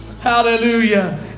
hallelujah